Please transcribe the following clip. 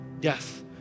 death